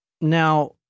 Now